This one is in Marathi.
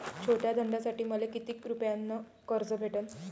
छोट्या धंद्यासाठी मले कितीक रुपयानं कर्ज भेटन?